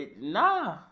Nah